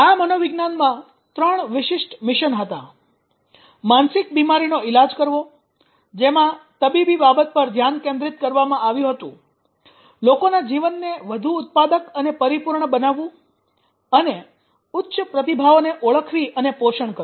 આ મનોવિજ્ઞાનમાં ત્રણ વિશિષ્ટ મિશન હતા માનસિક બિમારીનો ઇલાજ કરવો - જેમાં તબીબી બાબત પર ધ્યાન કેન્દ્રિત કરવામાં આવ્યું હતું લોકોના જીવનને વધુ ઉત્પાદક અને પરિપૂર્ણ બનાવવું અને ઉચ્ચ પ્રતિભાઓને ઓળખવી અને પોષણ કરવું